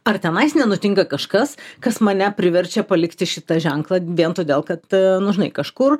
ar tenais nenutinka kažkas kas mane priverčia palikti šitą ženklą viem todėl kad nu žinai kažkur